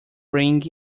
ring